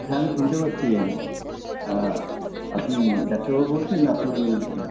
হ্যাঁ আমি শুনতে পাচ্ছি আপনি ডাক্তারবাবু বলছেন আপনার হুঁ হুঁ